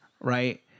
right